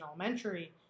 elementary